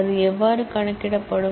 அது எவ்வாறு கணக்கிடப்படும்